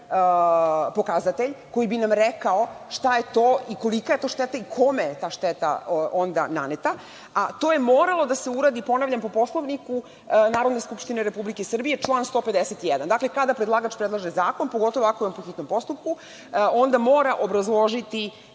pokazatelj koji bi nam rekao šta je to i kolika je to šteta i kome je ta šteta onda naneta, a to je moralo da se uradi, ponavljam, po Poslovniku Narodne skupštine Republike Srbije, član 151. – kada predlagač predlaže zakon, pogotovo ako je on po hitnom postupku, onda mora obrazložiti